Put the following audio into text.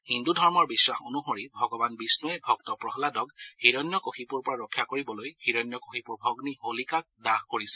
হিন্দু ধৰ্মৰ বিধাস অনুসৰি ভগৱান বিষ্ণৱে ভক্ত প্ৰহাদক হিৰণ্য কশিপুৰ পৰা ৰক্ষা কৰিবলৈ হিৰণ্য কশিপুৰ ভগ্নী হোলিকাক দাহ কৰিছিল